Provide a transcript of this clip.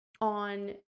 on